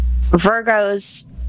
Virgos